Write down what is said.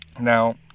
now